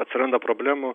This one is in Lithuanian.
atsiranda problemų